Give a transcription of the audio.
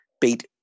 Beat